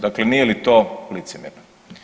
Dakle nije li to licemjerno?